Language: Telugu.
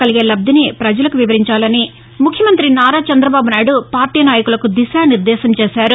కలిగే లబ్లిని పజలకు వివరించాలని ముఖ్యమంతి నారా చందబాబు నాయుడు పార్టీ నాయకులకు దిశానిర్దేశం చేశారు